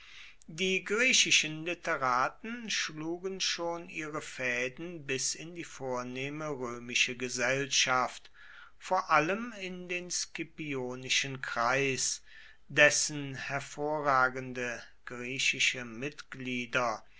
die griechischen literaten schlugen schon ihre fäden bis in die vornehme römische gesellschaft vor allem in den scipionischen kreis dessen hervorragende griechische mitglieder